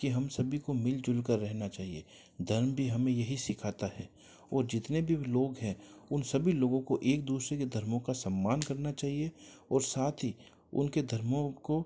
कि हम सभी को मिल जुल कर रहना चाहिए धर्म भी हमें यही सिखाता है और जितने भी लोग हैं उन सभी लोगों को एक दूसरे के धर्मो का सम्मान करना चाहिए और साथ ही उनके धर्मों को